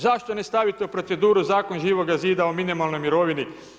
Zašto ne stavite u proceduru zakon Živoga zida o minimalnoj mirovini?